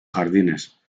jardines